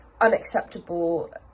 unacceptable